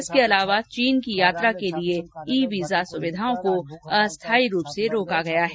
इसके अलावा चीन की यात्रा के लिए ई वीजा सुविधाओं को अस्थायी रूप से रोका गया है